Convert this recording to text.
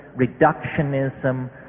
reductionism